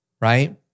right